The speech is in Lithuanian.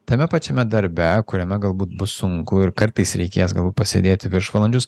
tame pačiame darbe kuriame galbūt bus sunku ir kartais reikės galbūt pasėdėti viršvalandžius